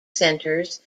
centres